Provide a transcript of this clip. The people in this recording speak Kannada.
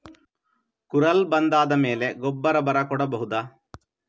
ಕುರಲ್ ಬಂದಾದ ಮೇಲೆ ಗೊಬ್ಬರ ಬರ ಕೊಡಬಹುದ?